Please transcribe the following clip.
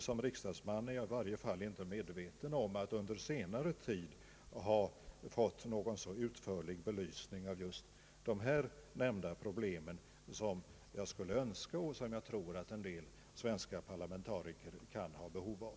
Jag vet mig i varje fall inte under senare tid som riksdagsman ha fått någon så utförlig belysning av just de här nämnda problemen som jag skulle önska och som jag tror att en del svenska parlamentariker kan ha behov av.